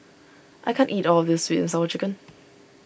I can't eat all of this Sweet and Sour Chicken